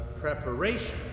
preparation